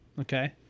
Okay